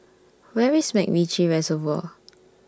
Where IS Macritchie Reservoir